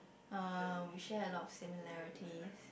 um we share a lot of similarities